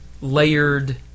layered